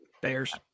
bears